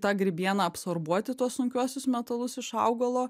tą grybieną absorbuoti tuos sunkiuosius metalus iš augalo